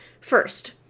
first